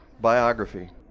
biography